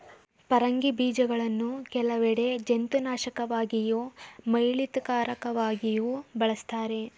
ಪರಂಗಿ ಬೀಜಗಳನ್ನು ಕೆಲವೆಡೆ ಜಂತುನಾಶಕವಾಗಿಯೂ ಮೈಯಿಳಿತಕಾರಕವಾಗಿಯೂ ಬಳಸ್ತಾರೆ